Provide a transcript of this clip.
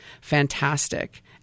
fantastic